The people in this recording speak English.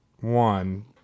One